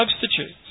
substitutes